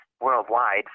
worldwide